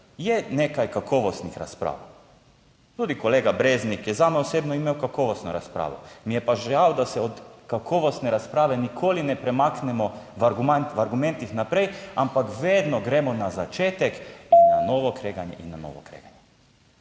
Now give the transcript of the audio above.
je nekaj kakovostnih razprav, tudi kolega Breznik je zame osebno imel kakovostno razpravo, mi je pa žal, da se od kakovostne razprave nikoli ne premaknemo v argument..., v argumentih naprej, ampak vedno gremo na začetek in na novo kreganje in na novo kreganje.